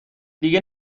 دیگه